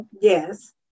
Yes